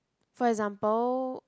for example